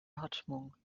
atmung